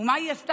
ומה היא עשתה?